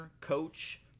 Coach